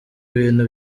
ibintu